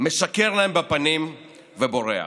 משקר להם בפנים ובורח.